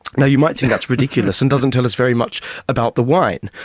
now you might think that's ridiculous and doesn't tell us very much about the wine.